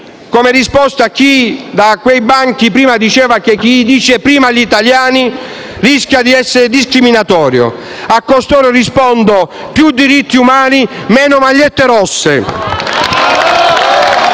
come risposta a chi da quei banchi prima diceva che chi dice «prima gli italiani» rischia di essere discriminatorio. A costoro rispondo: più diritti umani, meno magliette rosse!